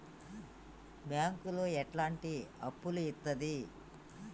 బ్యాంకులు ఎట్లాంటి అప్పులు ఇత్తది?